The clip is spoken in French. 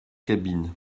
cabine